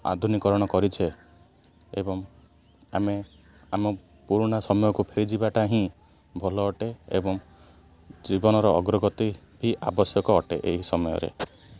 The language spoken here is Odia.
ଆଧୁନିକରଣ କରିଛେ ଏବଂ ଆମେ ଆମ ପୁରୁଣା ସମୟକୁ ଫେରିଯିବାଟା ହିଁ ଭଲ ଅଟେ ଏବଂ ଜୀବନର ଅଗ୍ରଗତି ବି ଆବଶ୍ୟକ ଅଟେ ଏହି ସମୟରେ